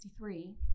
1963